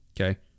okay